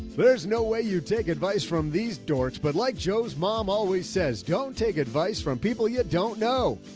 there's no way you take advice from these doors. but like joe's mom always says, don't take advice from people yet, don't know.